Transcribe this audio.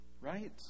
right